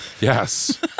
Yes